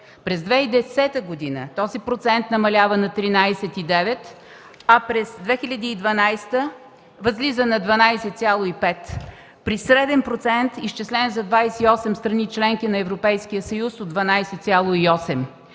През 2010 г. този процент намалява на 13,9, а през 2012 г. възлиза на 12,5% при среден процент, изчислен за 28-те страни – членки на Европейския съюз, от 12,8%.